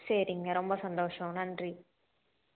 சரிங்க ரொம்ப சந்தோஷம் நன்றி